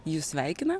jus sveikina